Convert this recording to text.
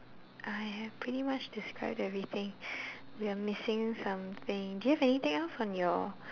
I have pretty much described everything we are missing something do you have anything else on your